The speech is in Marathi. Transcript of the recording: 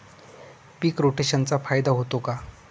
पीक रोटेशनचा फायदा होतो का?